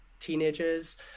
teenagers